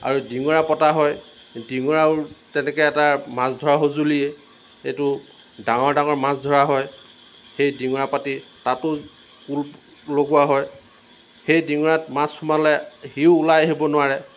আৰু ডিঙৰা পতা হয় ডিঙৰাও তেনেকৈ এটা মাছ ধৰা সঁজুলিয়ে এইটো ডাঙৰ ডাঙৰ মাছ ধৰা হয় সেই ডিঙৰা পাতি তাতো কুল লগোৱা হয় সেই ডিঙৰাত মাছ সোমালে সিও ওলাই আহিব নোৱাৰে